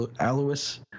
Alois